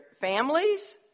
families